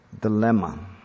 dilemma